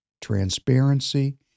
transparency